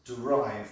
derived